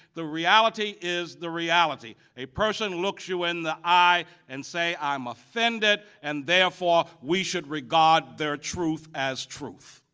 the reality is the reality, a person looks you in the eye and says i'm offended and therefore we should regard their truth as truth.